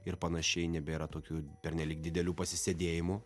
ir panašiai nebėra tokių pernelyg didelių pasisėdėjimų